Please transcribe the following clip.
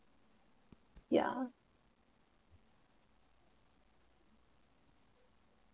yeah